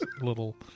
little